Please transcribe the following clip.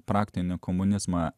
praktinę komunizmą